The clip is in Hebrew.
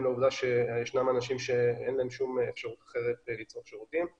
לכך שיש אנשים שאין להם כל אפשרות אחרת כדי לצרוך שירותים.